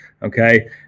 Okay